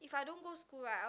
if I don't go school right I